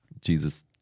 Jesus